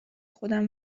خودم